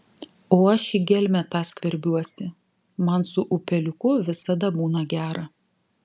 o aš į gelmę tą skverbiuosi man su upeliuku visada būna gera